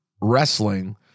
wrestling